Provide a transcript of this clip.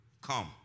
come